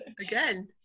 again